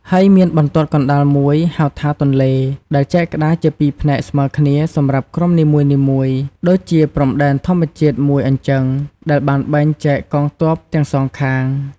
ហើយមានបន្ទាត់កណ្តាលមួយហៅថា ទន្លេ ដែលចែកក្តារជាពីរផ្នែកស្មើគ្នាសម្រាប់ក្រុមនីមួយៗ ដូចជាព្រំដែនធម្មជាតិមួយអញ្ចឹង ដែលបានបែងចែកកងទ័ពទាំងសងខាង។